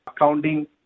accounting